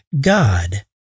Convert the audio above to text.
God